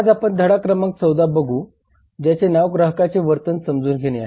आज आपण धडा क्रमांक 14 बघू ज्याचे नाव ग्राहकांचे वर्तन समजून घेणे आहे